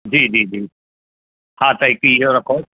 जी जी जी हा त हिकु इहो रखो